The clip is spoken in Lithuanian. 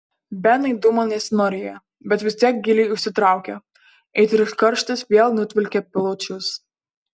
benui dūmo nesinorėjo bet vis tiek giliai užsitraukė aitrus karštis vėl nutvilkė plaučius